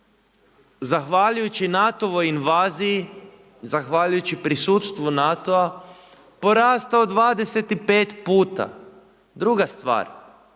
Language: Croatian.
zahvaljujući NATO-voj invaziji, zahvaljujući prisustvu NATO-a, porastao 25 puta. Druga stvar,